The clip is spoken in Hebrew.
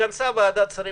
ועדת השרים